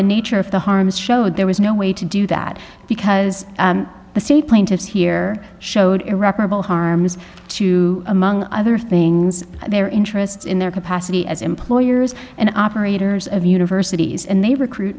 the nature of the harms showed there was no way to do that because the state plaintiffs here showed irreparable harm as to among other things their interests in their capacity as employers and operators of universities and they recruit